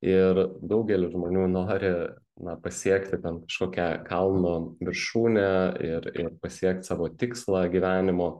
ir daugelis žmonių nuori na pasiekti bent kažkokią kalno viršūnę ir pasiekt savo tikslą gyvenimo